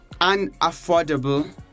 unaffordable